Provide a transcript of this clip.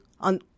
on